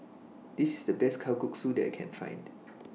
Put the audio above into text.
This IS The Best Kalguksu that I Can Find